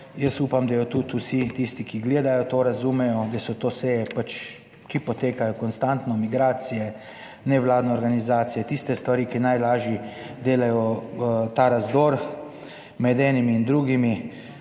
jaz upam, da jo tudi vsi tisti, ki gledajo to, razumejo. Da so to seje pač, ki potekajo konstantno migracije, nevladne organizacije, tiste stvari, ki najlažje delajo ta razdor med enimi in drugimi.